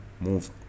move